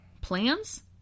plans